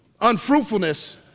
unfruitfulness